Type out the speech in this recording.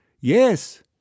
Yes